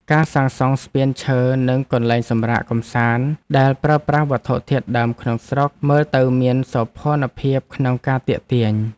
ការសាងសង់ស្ពានឈើនិងកន្លែងសម្រាកកម្សាន្តដែលប្រើប្រាស់វត្ថុធាតុដើមក្នុងស្រុកមើលទៅមានសោភ័ណភាពក្នុងការទាក់ទាញ។